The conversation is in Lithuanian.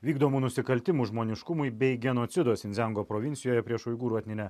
vykdomų nusikaltimų žmoniškumui bei genocido sinzengo provincijoje prieš uigūrų etninę